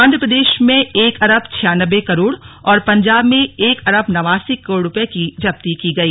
आंध्र प्रदेश में एक अरब छियानवें करोड़ और पंजाब में एक अरब नवासी करोड़ रूपये की जब्ती की गई